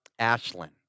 Ashlyn